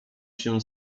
się